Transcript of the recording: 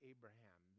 Abraham